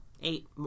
Eight